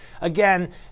again